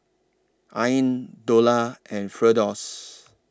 Ain Dollah and Firdaus